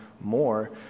more